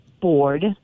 board